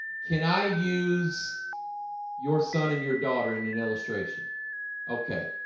can i use your son and your daughter in an illustration okay,